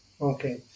Okay